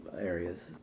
areas